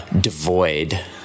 devoid